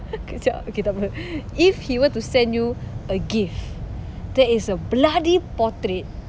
kejap okay tak apa if he were to send you a gift that is a bloody portrait